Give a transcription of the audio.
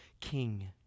King